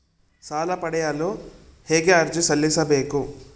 ಸಾಲ ಪಡೆಯಲು ಹೇಗೆ ಅರ್ಜಿ ಸಲ್ಲಿಸಬೇಕು?